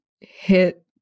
hit